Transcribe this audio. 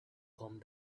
come